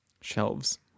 Shelves